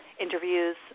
interviews